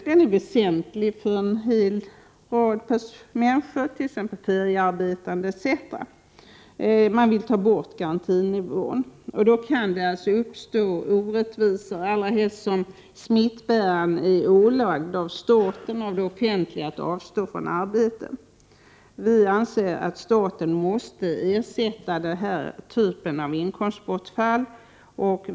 Den är väsentlig för t.ex. feriearbetande. Man vill ta bort garantinivån. Det kan uppstå orättvisor, allra helst som smittbäraren är ålagd av staten att avhålla sig från arbete. Vi moderater anser att staten måste ersätta den här typen av inkomstbortfall.